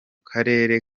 karere